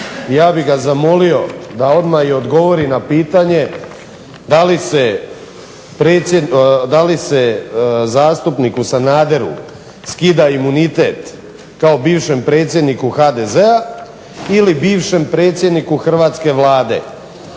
Ja bih ga zamolio da odmah i odgovori na pitanje da li se zastupniku Sanaderu skida imunitet kao bivšem predsjedniku HDZ-a ili bivšem predsjedniku Hrvatske vlade,